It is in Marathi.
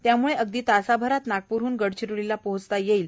यामुळे अगदी तासाभरात नागपूरह्न गडचिरोलीला पोहचता येईल